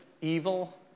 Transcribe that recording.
evil